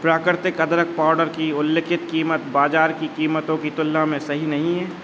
प्राकृतिक अदरक पाउडर की उल्लिखित कीमत बाज़ार की कीमतों की तुलना में सही नहीं है